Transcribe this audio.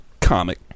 comic